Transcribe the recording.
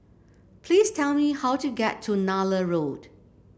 please tell me how to get to Nallur Road